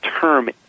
term